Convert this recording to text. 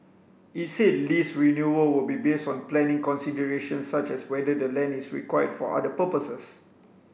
it said lease renewal will be based on planning considerations such as whether the land is required for other purposes